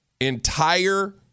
Entire